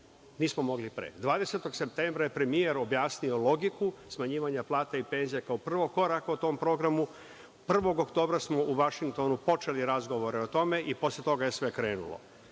Nismo mogli pre. Zatim 20. septembra je premijer objasnio logiku smanjivanja plata i penzija kao prvi korak ka tom programu, 1. oktobra smo počeli u Vašingtonu razgovore o tome i posle toga je sve krenulo. Stanje